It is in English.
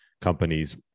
companies